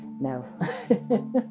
No